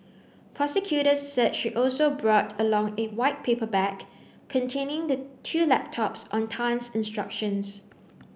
prosecutors said she also brought along a white paper bag containing the two laptops on Tan's instructions